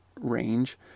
range